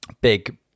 big